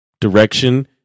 direction